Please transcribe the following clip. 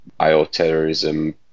bioterrorism